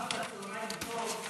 אמרת צוהריים טוב,